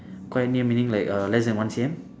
quite near meaning like uh less than one C_M